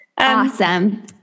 awesome